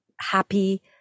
happy